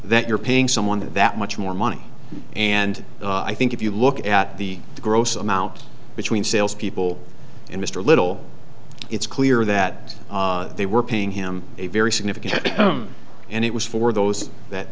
that you're paying someone to have that much more money and i think if you look at the gross amount between salespeople and mr little it's clear that they were paying him a very significant and it was for those that